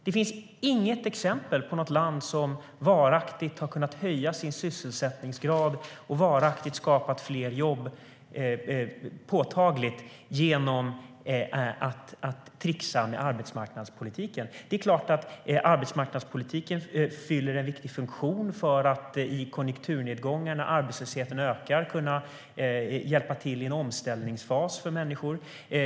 Det finns inget exempel på något land som varaktigt har kunnat höja sin sysselsättningsgrad och påtagligt skapat fler jobb genom att tricksa med arbetsmarknadspolitiken. Det är klart att arbetsmarknadspolitiken fyller en viktig funktion för att i konjunkturnedgångar när arbetslösheten ökar kunna hjälpa till i en omställningsfas för människor.